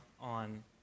on